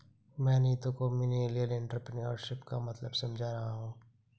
मैं नीतू को millennial entrepreneurship का मतलब समझा रहा हूं